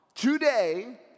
Today